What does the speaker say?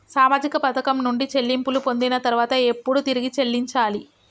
సామాజిక పథకం నుండి చెల్లింపులు పొందిన తర్వాత ఎప్పుడు తిరిగి చెల్లించాలి?